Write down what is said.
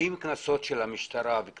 האם קנסות של המשטרה ושל